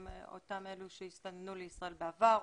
הם אותם אלו שהסתננו לישראל בעבר,